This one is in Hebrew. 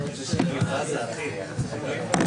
אני מאוד מתחברת לעמדת היושב-ראש באופן אישי.